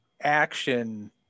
action